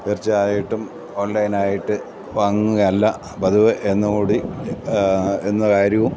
തീർച്ചയായിട്ടും ഓൺലൈനായിട്ട് വാങ്ങുകയല്ല പതുവ് എന്ന കാര്യവും